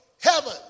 Heaven